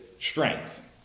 strength